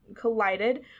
collided